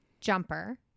Jumper